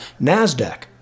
NASDAQ